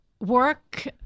Work